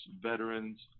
veterans